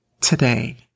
today